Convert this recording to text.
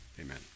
Amen